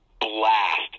blast